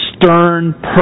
stern